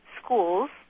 schools